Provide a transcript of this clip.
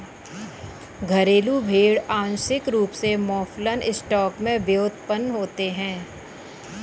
घरेलू भेड़ आंशिक रूप से मौफलन स्टॉक से व्युत्पन्न होते हैं